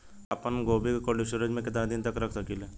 हम आपनगोभि के कोल्ड स्टोरेजऽ में केतना दिन तक रख सकिले?